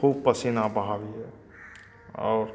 खुब पसीना बहाबियै आओर